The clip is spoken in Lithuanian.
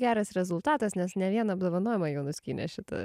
geras rezultatas nes ne vieną apdovanojimą jau nuskynei šita